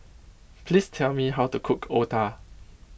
please tell me how to cook Otah